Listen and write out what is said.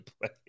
play